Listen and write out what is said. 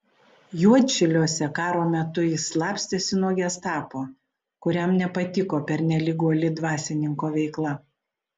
juodšiliuose karo metu jis slapstėsi nuo gestapo kuriam nepatiko pernelyg uoli dvasininko veikla